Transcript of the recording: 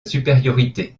supériorité